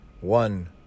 one